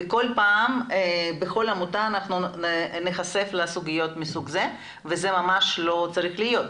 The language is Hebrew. וכל פעם בכל עמותה ניחשף לסוגיות מסוג זה וזה ממש לא צריך להיות.